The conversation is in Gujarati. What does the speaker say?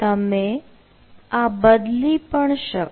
તમે આ બદલી પણ શકો